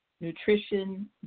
nutrition